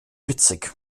witzig